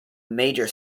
major